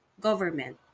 government